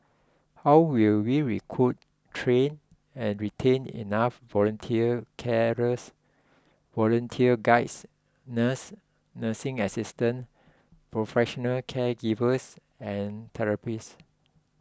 how will we recruit train and retain enough volunteer carers volunteer guides nurses nursing assistants professional caregivers and therapists